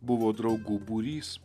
buvo draugų būrys